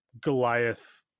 Goliath